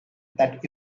that